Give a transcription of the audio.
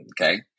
okay